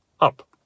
up